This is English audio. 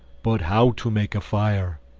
but how to make a fire,